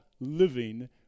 living